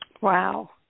Wow